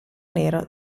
nero